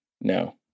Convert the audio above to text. no